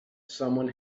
someone